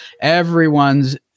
everyone's